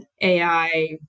AI